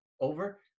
over